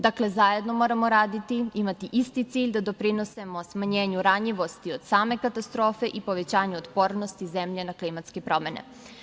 Dakle, zajedno moramo raditi, imati isti cilj, da doprinesemo smanjenju ranjivosti od same katastrofe i povećanju otpornosti zemlje na klimatske promene.